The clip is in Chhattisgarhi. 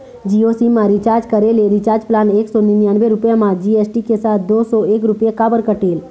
जियो सिम मा रिचार्ज करे ले रिचार्ज प्लान एक सौ निन्यानबे रुपए मा जी.एस.टी के साथ दो सौ एक रुपया काबर कटेल?